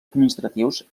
administratius